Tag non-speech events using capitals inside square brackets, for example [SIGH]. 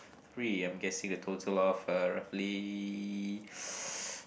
three I'm guessing a total of uh roughly [NOISE]